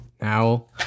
Now